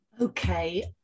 okay